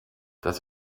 das